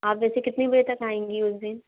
आप वैसे कितने बजे तक आएंगी उस दिन